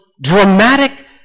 dramatic